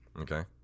Okay